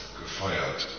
gefeiert